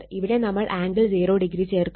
ഇവിടെ നമ്മൾ ആംഗിൾ 0° ചേർക്കുന്നു